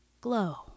Glow